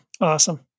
Awesome